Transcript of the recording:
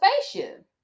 spaceship